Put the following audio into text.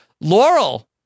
Laurel